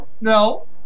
No